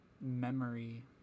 memory